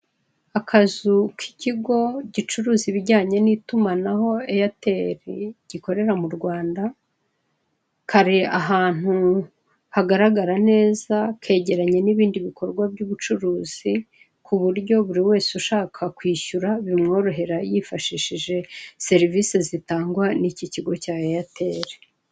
Akazi k'ikigo gicuruza ibijyanye n'itumanaho Eyateri gikorera mu Rwanda, kari ahantu hagaragara neza kegeranye n'ibindi bikorwa by'ubucuruzi, ku buryo buri wese ushaka kwishyura bimworohera yifashishije serivise zitangwa n'iki kigo cya Eyateri.